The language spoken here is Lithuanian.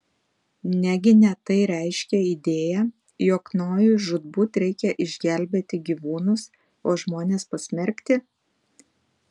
negi ne tai reiškia idėja jog nojui žūtbūt reikia išgelbėti gyvūnus o žmones pasmerkti